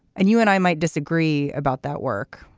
and you and i might disagree about that work.